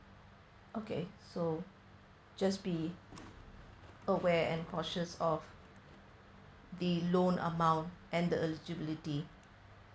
okay so just be aware and cautious of the loan amount and the agility